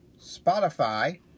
Spotify